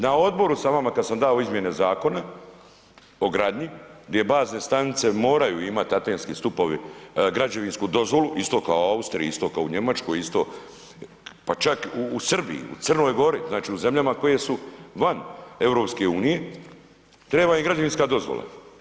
Na odboru sam vama, kad sam dao izmjene Zakona o gradnji di je bazne stanice moraju imati antenski stupovi građevinsku dozvolu, isto kao u Austriji, isto kao u Njemačkoj, isto, pa čak u Srbiji, u Crnoj Gori, znači u zemljama koje su van EU, treba im građevinska dozvola.